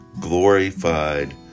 glorified